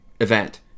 event